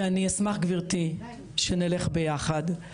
ואני אשמח גבירתי שנלך ביחד,